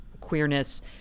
queerness